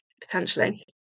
potentially